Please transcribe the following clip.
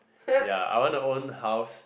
ya I want to own house